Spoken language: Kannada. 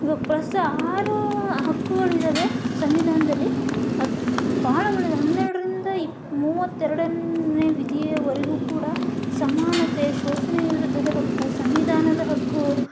ಇವಾಗ ಪ್ರಸ್ತ ಆರು ಹಕ್ಕುಗಳು ಇದ್ದಾವೆ ಸಂವಿಧಾನದಲ್ಲಿ ಅದು ಭಾಳಾಗಳಿದಾ ಹನ್ನೆರಡರಿಂದ ಇಪ್ಪ್ ಮೂವತ್ತೆರಡನೇ ವಿಧಿಯವರೆಗೂ ಕೂಡ ಸಮಾನತೆ ಶೋಷಣೆ ವಿರುದ್ಧದ ಹಕ್ಕು ಸಂವಿಧಾನದ ಹಕ್ಕು